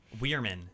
Weirman